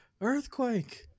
Earthquake